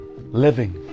living